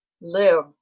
live